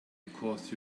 because